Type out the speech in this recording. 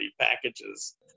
packages